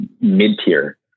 mid-tier